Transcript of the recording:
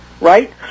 Right